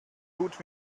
tut